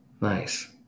Nice